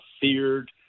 feared